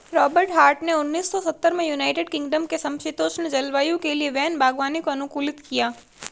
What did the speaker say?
Robert Hart ने उन्नीस सौ सत्तर में यूनाइटेड किंगडम के समषीतोष्ण जलवायु के लिए वैन बागवानी को अनुकूलित किया